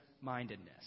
mindedness